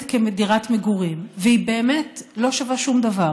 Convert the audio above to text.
כדירת מגורים והיא באמת לא שווה שום דבר